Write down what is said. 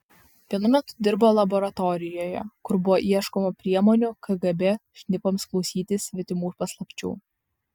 vienu metu dirbo laboratorijoje kur buvo ieškoma priemonių kgb šnipams klausytis svetimų paslapčių